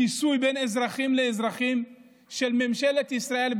שיסוי של אזרחים באזרחים של ממשלת ישראל,